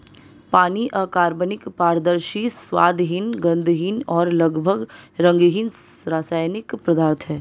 पानी अकार्बनिक, पारदर्शी, स्वादहीन, गंधहीन और लगभग रंगहीन रासायनिक पदार्थ है